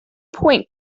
point